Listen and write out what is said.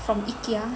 from Ikea